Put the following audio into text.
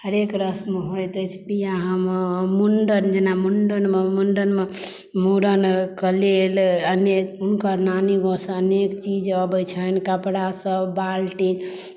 हरेक रस्म होइत अछि बियाह मे मुंडन जेना मुंडन मे मुडन के लेल अनेक हुनकर नानी गाँवसँ अनेक चीज अबै छनि कपड़ा सब बाल्टीन